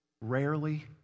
rarely